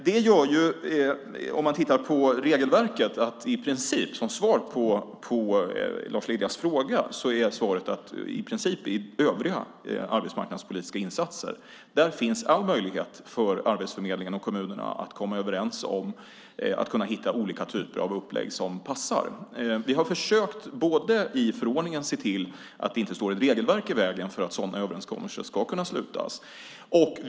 Som svar på Lars Liljas fråga kan jag säga att om man tittar på regelverket ser man att det i princip i övriga arbetsmarknadspolitiska insatser finns all möjlighet för Arbetsförmedlingen och kommunerna att komma överens om att hitta olika typer av upplägg som passar. Vi har försökt att i förordningen se till att det inte står ett regelverk i vägen för att en sådan överenskommelse ska kunna slutas.